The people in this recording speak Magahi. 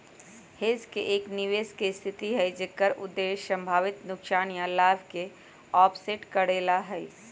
हेज एक निवेश के स्थिति हई जेकर उद्देश्य संभावित नुकसान या लाभ के ऑफसेट करे ला हई